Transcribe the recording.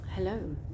Hello